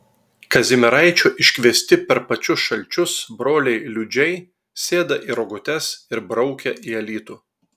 kazimieraičio iškviesti per pačius šalčius broliai liudžiai sėda į rogutes ir braukia į alytų